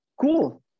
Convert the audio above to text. Cool